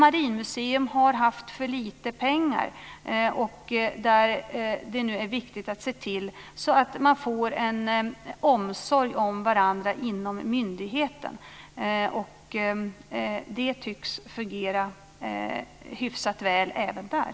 Marinmuseum har haft för lite pengar, och det är nu viktigt att se till att man får en omsorg om varandra inom myndigheten. Det tycks fungera hyfsat väl även där.